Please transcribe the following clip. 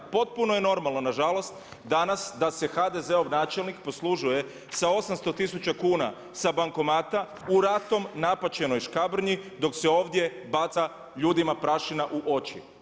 Potpuno je normalno nažalost danas da se HDZ-ov načelnik poslužuje sa 800 tisuća kuna sa bankomata u ratom napaćenoj Škabrnji dok se ovdje baca ljudima prašina u oči.